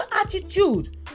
attitude